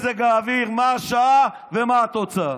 מהו מזג האוויר, מה השעה ומה התוצאה.